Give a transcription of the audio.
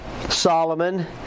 Solomon